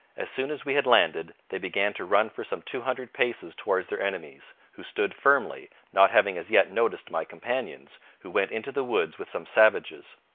as soon as we had landed, they began to run for some two hundred paces towards their enemies, who stood firmly, not having as yet noticed my companions, who went into the woods with some savages.